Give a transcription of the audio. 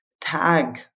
tag